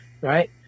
right